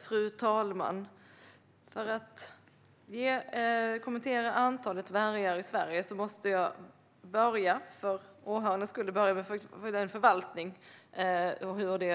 Fru talman! För att kommentera antalet vargar i Sverige måste jag - för åhörarnas skull - börja med att förklara hur förvaltningen